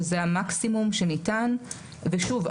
שזה המקסימום שניתן ושוב,